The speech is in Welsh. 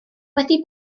wedi